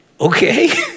Okay